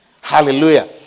Hallelujah